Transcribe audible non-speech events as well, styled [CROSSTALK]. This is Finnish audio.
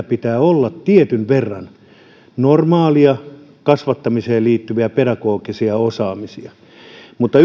[UNINTELLIGIBLE] pitää olla tietyn verran normaaleja kasvattamiseen liittyviä pedagogisia osaamisia mutta [UNINTELLIGIBLE]